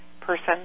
person